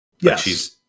Yes